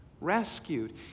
rescued